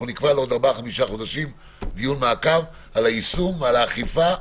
נקבע דיון מעקב לעוד ארבעה-חמישה חודשים על היישום ועל האכיפה,